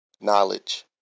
knowledge